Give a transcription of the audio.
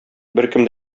беркем